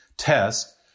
test